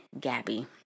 gabby